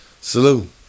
salute